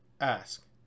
ask